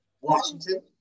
Washington